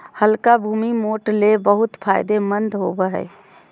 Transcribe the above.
हल्का भूमि, मोठ ले बहुत फायदेमंद होवो हय